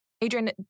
Adrian